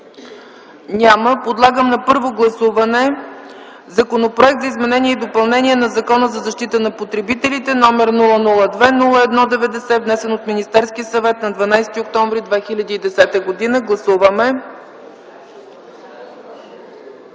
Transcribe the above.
Няма. Подлагам на първо гласуване Законопроект за изменение и допълнение на Закона за защита на потребителите, № 002-01-90, внесен от Министерския съвет на 12 октомври 2010 г. Гласували